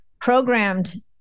programmed